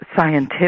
scientific